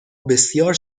بسیار